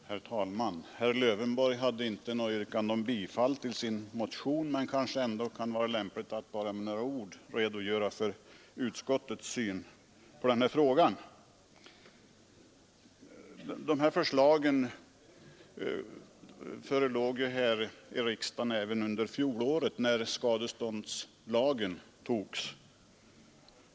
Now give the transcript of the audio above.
Herr talman! Herr Lövenborg ställde inte något yrkande om bifall till sin motion, men det kanske ändå kan vara lämpligt att med några ord redogöra för utskottets syn på denna fråga. Dessa förslag förelåg i riksdagen även under fjolåret när skadeståndslagen antogs.